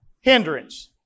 hindrance